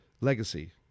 legacy